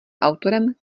autorem